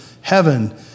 heaven